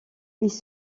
ils